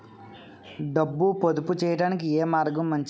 డబ్బు పొదుపు చేయటానికి ఏ మార్గం మంచిది?